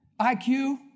IQ